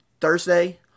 Thursday